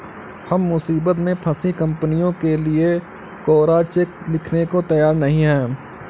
हम मुसीबत में फंसी कंपनियों के लिए कोरा चेक लिखने को तैयार नहीं हैं